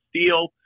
steel